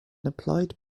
applied